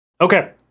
Okay